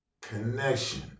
Connection